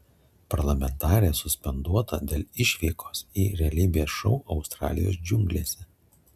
parlamentarė suspenduota dėl išvykos į realybės šou australijos džiunglėse